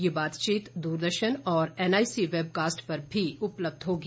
यह बातचीत दूरदर्शन और एनआईसी वेबकास्ट पर भी उपलब्ध होगी